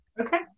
Okay